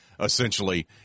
essentially